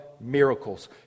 miracles